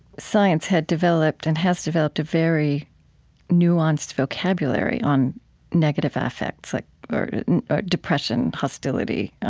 science had developed and has developed a very nuanced vocabulary on negative affects like depression, hostility,